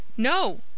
No